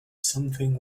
something